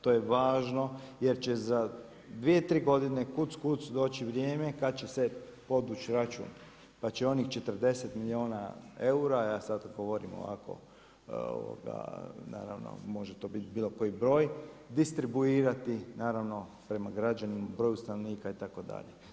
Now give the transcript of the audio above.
To je važno, jer će za dvije, tri godine kuc, kuc doći vrijeme kad će se podvući račun, pa će onih 40 milijuna eura, ja sad govorim ovako naravno može to biti bilo koji broj distribuirati naravno prema građanima, broju stanovnika itd.